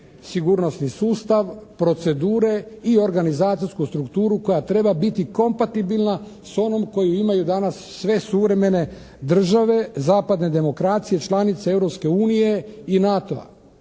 sigurnosni sustav, procedure i organizacijsku strukturu koja treba biti kompatibilna s onom koju imaju danas sve suvremene države zapadne demokracije članice Europske